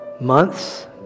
months